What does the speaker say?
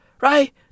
right